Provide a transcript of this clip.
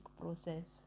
process